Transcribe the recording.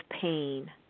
pain